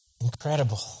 incredible